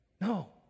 No